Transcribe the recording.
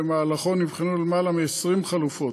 ובמהלכו נבחנו יותר מ-20 חלופות.